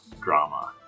drama